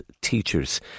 teachers